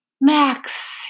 Max